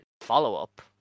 follow-up